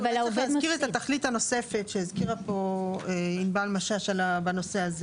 אולי צריך להזכיר את התכלית הנוספת שהזכירה פה ענבל בנושא הזה.